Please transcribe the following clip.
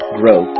grow